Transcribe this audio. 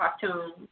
cartoons